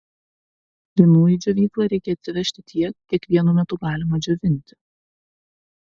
linų į džiovyklą reikia atsivežti tiek kiek vienu metu galima džiovinti